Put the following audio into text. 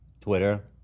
Twitter